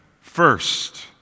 first